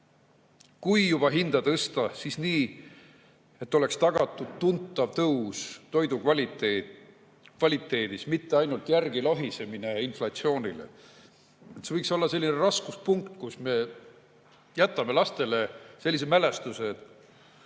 juba hinda tõsta, siis nii, et oleks tagatud tuntav tõus toidu kvaliteedis, mitte ainult järgilohisemine inflatsioonile. See võiks olla selline raskuspunkt, millega me jätame lastele sellise mälestuse, et